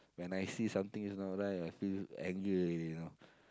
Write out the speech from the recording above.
when I see something it's not right I feel anger already you know